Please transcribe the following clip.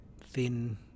thin